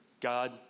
God